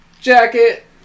jacket